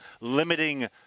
limiting